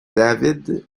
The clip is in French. david